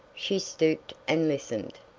she stooped and listened.